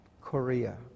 Korea